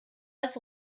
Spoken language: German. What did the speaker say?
als